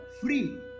free